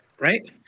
right